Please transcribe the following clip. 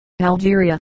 Algeria